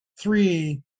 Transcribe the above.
Three